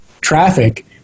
traffic